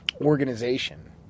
organization